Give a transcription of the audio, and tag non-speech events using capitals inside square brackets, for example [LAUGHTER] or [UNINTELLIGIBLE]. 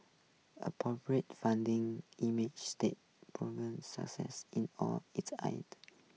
a [UNINTELLIGIBLE] founding [UNINTELLIGIBLE] in all its [UNINTELLIGIBLE]